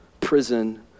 prison